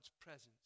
presence